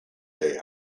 day